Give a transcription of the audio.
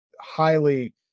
highly